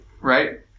Right